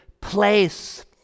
place